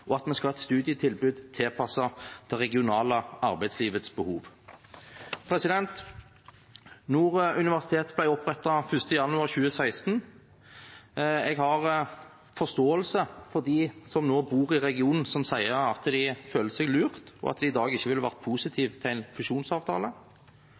og at vi skal ha et studietilbud tilpasset det regionale arbeidslivets behov. Nord universitet ble opprettet 1. januar 2016. Jeg har forståelse for dem som nå bor i regionen som sier at de føler seg lurt, og at de i dag ikke ville vært